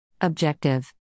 Objective